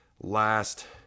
last